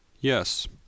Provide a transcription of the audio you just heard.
Yes